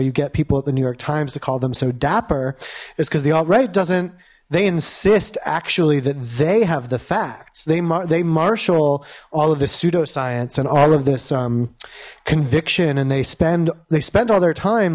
you get people at the new york times to call them so dapper is because the alt right doesn't they insist actually that they have the facts they marshal all of the pseudoscience and all of this conviction and they spend they spent all their time